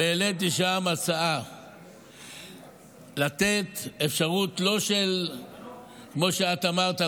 והעליתי שם הצעה לתת אפשרות לא כמו שאת אמרת,